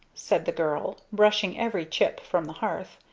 said the girl, brushing every chip from the hearth.